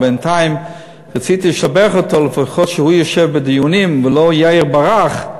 בינתיים רציתי לשבח אותו שהוא לפחות יושב בדיונים ולא "יאיר ברח",